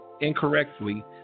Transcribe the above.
incorrectly